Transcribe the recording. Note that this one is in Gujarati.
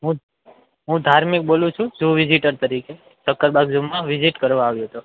હું હું ધાર્મિક બોલું છું ઝૂ વિઝિટર તરીકે તકરબાર ઝૂમાં વિઝિટ કરવા આવ્યો તો